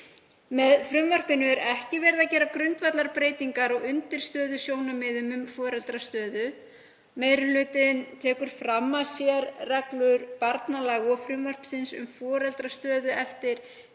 Með frumvarpinu er ekki verið að gera grundvallarbreytingar á undirstöðusjónarmiðum um foreldrastöðu. Meiri hlutinn tekur fram að sérreglur barnalaga og frumvarpsins um foreldrastöðu eftir